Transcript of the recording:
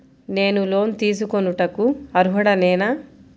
నేను లోన్ తీసుకొనుటకు అర్హుడనేన?